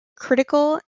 critical